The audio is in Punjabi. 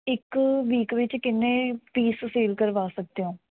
ਇੱਕ ਵੀਕ ਵਿੱਚ ਕਿੰਨੇ ਪੀਸ ਸੇਲ ਕਰਵਾ ਸਕਦੇ ਹੋ